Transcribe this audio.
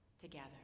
together